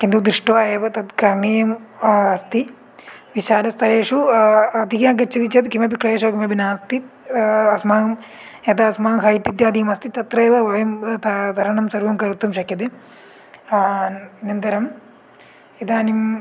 किन्तु दृष्ट्वा एव तत् करणीयं अस्ति विशालस्थलेषु अधिकं गच्छति चेत् किमपि क्लेशः किमपि नास्ति अस्माकं यदा अस्माकं हैट् इत्यादिकम् अस्ति तत्रैव वयं तृ तरणं सर्वं कर्तुं शक्यते अनन्तरं इदानीं